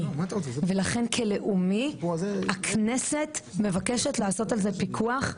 ולכן כלאומי הכנסת מבקשת לעשות על זה פיקוח,